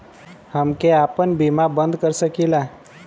हमके आपन बीमा बन्द कर सकीला?